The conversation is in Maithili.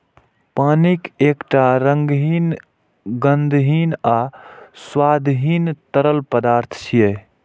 पानि एकटा रंगहीन, गंधहीन आ स्वादहीन तरल पदार्थ छियै